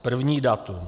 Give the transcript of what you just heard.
První datum.